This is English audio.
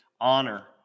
honor